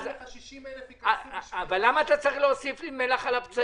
--- 60,000 ייכנסו --- אבל למה לזרות מלח על פצעיי?